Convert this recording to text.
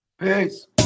Peace